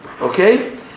okay